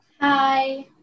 Hi